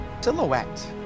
silhouette